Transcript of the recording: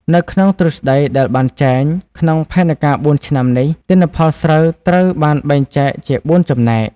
នៅក្នុងទ្រឹស្តីដែលបានចែង ក្នុងផែនការបួនឆ្នាំនេះ ទិន្នផលស្រូវត្រូវបានបែងចែកជាបួនចំណែក ។